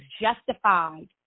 justified